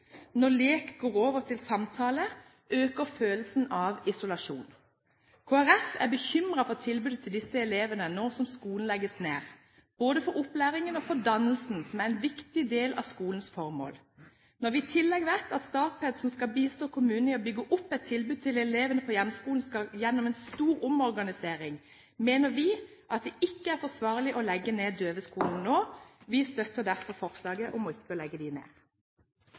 Når lek går over til samtale, øker følelsen av isolasjon. Kristelig Folkeparti er bekymret for tilbudet til disse elevene nå som skolene legges ned, både for opplæringen og for dannelsen, som er en viktig del av skolens formål. Når vi i tillegg vet at Statped, som skal bistå kommunene i å bygge opp et tilbud til elevene på hjemskolen, skal gjennom en stor omorganisering, mener vi at det ikke er forsvarlig å legge ned døveskolene nå. Vi støtter derfor forslaget om ikke å legge dem ned.